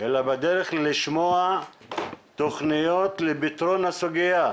אלא בדרך של לשמוע תוכניות לפתרון הסוגיה.